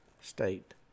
state